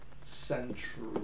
Central